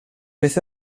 beth